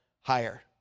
higher